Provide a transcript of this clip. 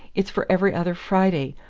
it's for every other friday!